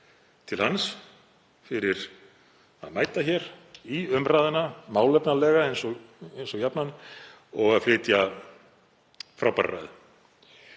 til hans fyrir að mæta hér í umræðuna, málefnalega eins og jafnan, og að flytja frábæra ræðu.